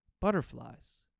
butterflies